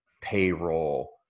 payroll